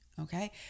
okay